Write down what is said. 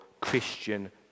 Christian